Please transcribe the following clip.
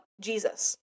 Jesus